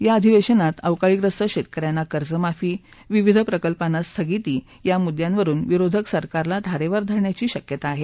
या अधिवेशनात अवकाळी य्रस्त शेतक यांना कर्जमाफी विविध प्रकल्पांना स्थगिती या मुद्यांवरुन विरोधक सरकारला धारेवर धरण्याची शक्यता आहे